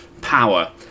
power